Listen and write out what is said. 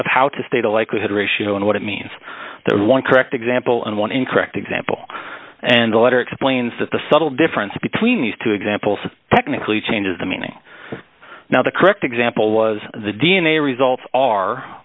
of how to state a likelihood ratio and what it means that one correct example in one incorrect example and a letter explains that the subtle difference between these two examples technically changes the meaning now the correct example was the d n a results are